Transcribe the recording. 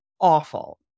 awful